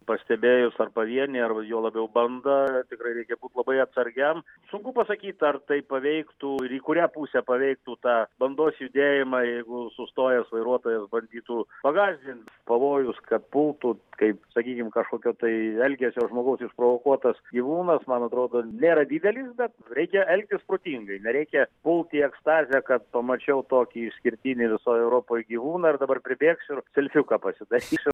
pastebėjus ar pavienį ar juo labiau bandą tikrai reikia būt labai atsargiam sunku pasakyt ar tai paveiktų ir į kurią pusę paveiktų tą bandos judėjimą jeigu sustojęs vairuotojas bandytų pagąsdint pavojus kad pultų kaip sakykim kažkokio tai elgesio žmogaus išprovokuotas gyvūnas man atrodo nėra didelis bet reikia elgtis protingai nereikia pult į ekstazę kad pamačiau tokį išskirtinį visoj europoj gyvūną ir dabar pribėgsiu ir selfiuką pasidarysiu